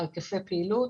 היקפי הפעילות